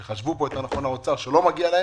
או שחשבו פה יותר נכון מהאוצר שלא מגיע להם.